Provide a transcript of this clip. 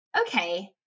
okay